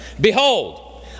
Behold